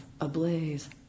ablaze